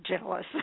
jealous